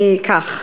כך,